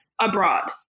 abroad